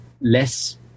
less